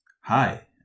Hi